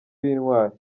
b’intwari